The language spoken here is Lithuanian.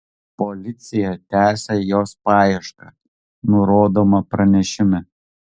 policija tęsią jos paiešką nurodoma pranešime